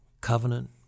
covenant